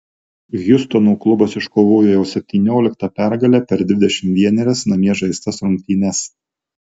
hjustono klubas iškovojo jau septynioliktą pergalę per dvidešimt vienerias namie žaistas rungtynes